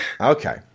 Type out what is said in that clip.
Okay